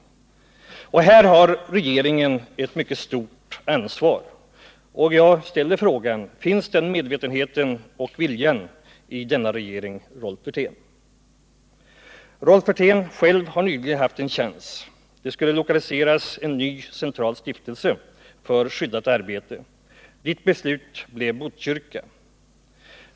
På detta område har regeringen ett mycket stort ansvar. Därför ställer jag frågan: Finns den medvetenheten och viljan i denna regering, Rolf Wirtén? Rolf Wirtén har nyligen haft en chans när det skulle lokaliseras en ny central stiftelse för skyddat arbete. Hans beslut blev Botkyrka.